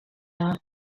are